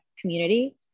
community